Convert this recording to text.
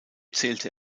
zählte